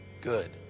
Good